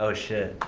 ah shit.